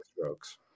strokes